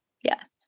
Yes